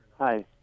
Hi